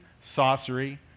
sorcery